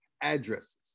addresses